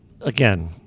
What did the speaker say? again